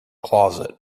closet